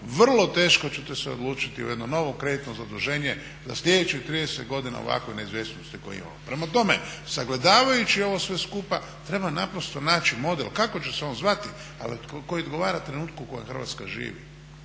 vrlo teško ćete se odlučiti na jedno novo kreditno zaduženje za sljedećih 30 godina u ovakvoj neizvjesnosti koju imamo. Prema tome, sagledavajući ovo sve skupa treba naprosto naći model kako će se on zvati ali koji odgovara trenutku u kojem Hrvatska živi.